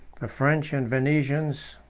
the french and venetians,